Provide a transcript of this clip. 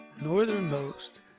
northernmost